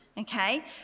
okay